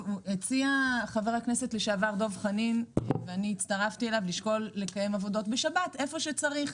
הציע חבר הכנסת לשעבר דב חנין לשקול לקיים עבודות בשבת איפה שצריך.